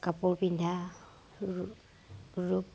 কাপোৰ পিন্ধা ৰু ৰূপ